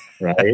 right